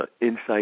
insight